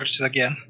again